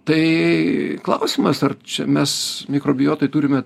tai klausimas ar čia mes mikrobiotai turime